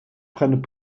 prennent